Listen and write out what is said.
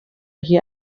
hier